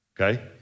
okay